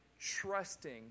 trusting